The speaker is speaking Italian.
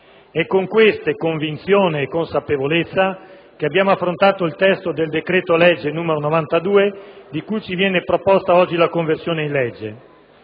È con questa convinzione e consapevolezza che abbiamo affrontato il testo del decreto-legge 23 maggio 2008, n. 92, di cui ci viene proposta la conversione in legge